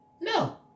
No